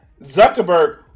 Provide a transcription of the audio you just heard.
Zuckerberg